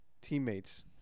Teammates